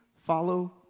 follow